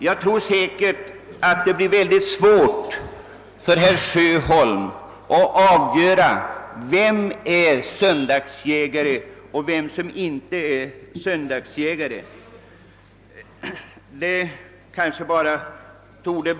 Jag tror att det blir mycket svårt för herr Sjöholm att avgöra vem som är söndagsjägare — s.k. nöjesjägare — och vem som inte är det.